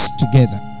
together